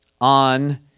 on